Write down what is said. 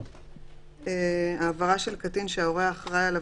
(15) העברה של קטין שההורה האחראי עליו